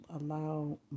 allow